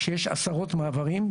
כשיש עשרות מעברים,